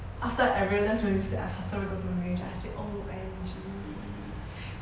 after I realised my mistake I faster go to my manager I said oh I actually